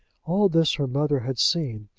all this her mother had seen,